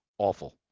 Awful